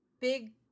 big